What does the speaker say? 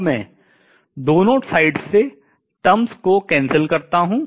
अब मैं दोनों sides पक्षों से terms पदों को cancel रद्द कर सकता हूँ